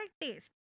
taste